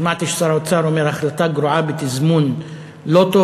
שמעתי ששר האוצר אומר: החלטה גרועה בתזמון לא טוב,